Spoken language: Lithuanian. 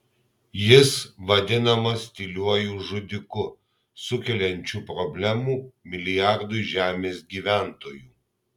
jis vadinamas tyliuoju žudiku sukeliančiu problemų milijardui žemės gyventojų